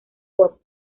pop